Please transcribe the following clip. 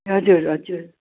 हजुर हजुर